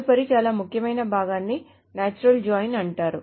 తదుపరి చాలా ముఖ్యమైన భాగాన్ని నేచురల్ జాయిన్ అంటారు